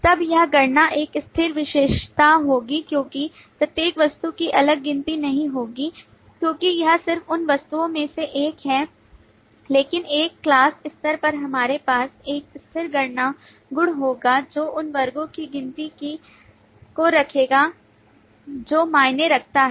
तब यह गणना एक स्थिर विशेषता होगी क्योंकि प्रत्येक वस्तु की अलग गिनती नहीं होगी क्योंकि यह सिर्फ उन वस्तुओं में से एक है लेकिन एक class स्तर पर हमारे पास एक स्थिर गणना गुण होगा जो उन वर्गो की गिनती को रखेगा जो मायने रखता है